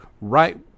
right